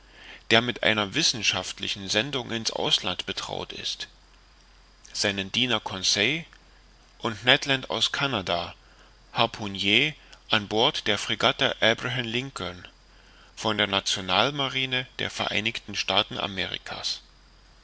der mit einer wissenschaftlichen sendung in's ausland betraut ist seinen diener conseil und ned land aus canada harpunier an bord der fregatte abraham lincoln von der nationalmarine der vereinigten staaten amerika's